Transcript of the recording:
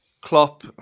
Klopp